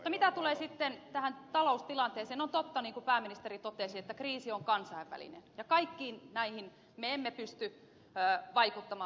mitä tulee tähän taloustilanteeseen on totta niin kuin pääministeri totesi että kriisi on kansainvälinen ja kaikkiin näihin me emme pysty vaikuttamaan